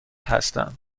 هستم